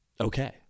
okay